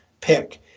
pick